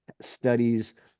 studies